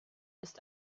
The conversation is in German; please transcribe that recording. ist